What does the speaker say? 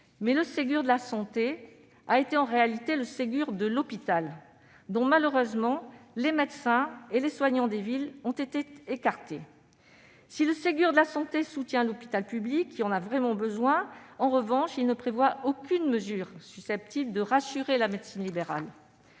le Ségur de la santé a été en réalité le Ségur de l'hôpital, dont les médecins et les soignants de ville ont malheureusement été écartés. Si le Ségur de la santé soutient l'hôpital public, qui en a vraiment besoin, il ne prévoit en revanche aucune mesure susceptible de rassurer la médecine libérale.